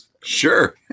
Sure